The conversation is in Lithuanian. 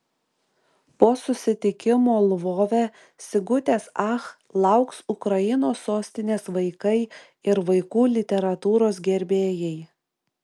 po susitikimo lvove sigutės ach lauks ukrainos sostinės vaikai ir vaikų literatūros gerbėjai